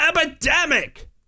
epidemic